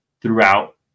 throughout